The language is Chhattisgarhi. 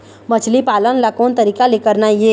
मछली पालन ला कोन तरीका ले करना ये?